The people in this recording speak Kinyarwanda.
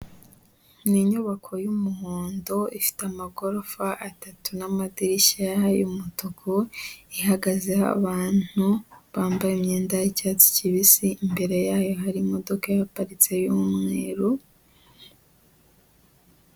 Ni inyubako y'umuhondo ifite amagorofa atatu n'amadirishya y'umutuku, ihagazeho abantu bambaye imyenda y'icyatsi kibisi, imbere yayo hari imodoka ihaparitse y'umweru,...